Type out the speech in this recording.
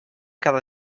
cada